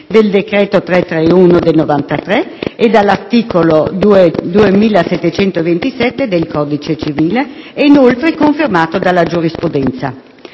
30 agosto 1993, n. 331, e dall'articolo 2727 del codice civile e inoltre confermato dalla giurisprudenza.